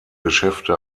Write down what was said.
geschäfte